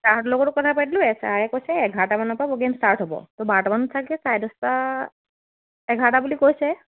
ছাৰহঁতৰ লগতো কথা পাতিলোঁ ছাৰে কৈছে এঘাৰটামানৰ পৰা প্ৰ'গেম ষ্টাৰ্ট হ'ব ত' বাৰটামানত চাগে চাৰে দহটা এঘাৰটা বুলি কৈছে